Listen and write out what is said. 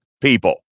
people